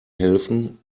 helfen